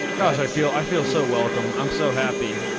yeah and i feel i feel so welcome. i'm so happy.